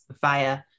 via